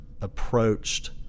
approached